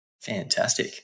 Fantastic